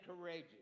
courageous